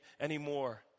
anymore